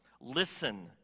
listen